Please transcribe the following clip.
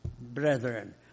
brethren